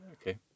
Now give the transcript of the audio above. Okay